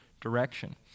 direction